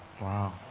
Wow